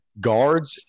guards